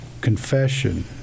confession